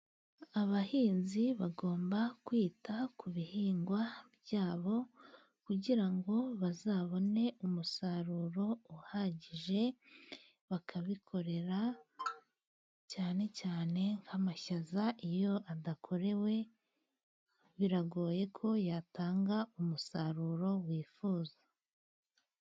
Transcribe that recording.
Abahinzi bagomba kwita ku bihingwa byabo kugira ngo bazabone umusaruro uhagije bakabikorera cyane cyane nk'amashyaza iyo adakorewe biragoye ko yatanga umusaruro wifuza.